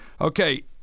Okay